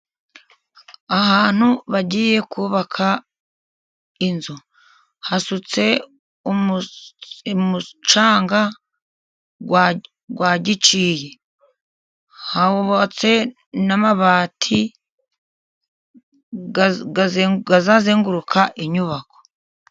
Ahantu bagiye kubaka inzu, hasutse umucanga wa giciye. Hubatse n'amabati azazenguruka inyubako.